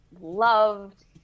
loved